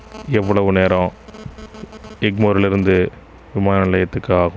எவ்வளவு நேரம் எக்மோரில் இருந்து விமான நிலையத்துக்கு ஆகும்